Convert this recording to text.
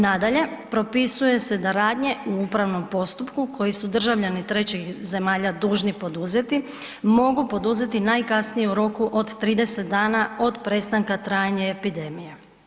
Nadalje, propisuje se da radnje u upravnom postupku koji su državljani trećih zemalja dužni poduzeti, mogu poduzeti najkasnije u roku od 30 dana od prestanka trajanja epidemije.